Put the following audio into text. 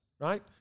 right